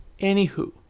Anywho